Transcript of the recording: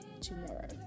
tomorrow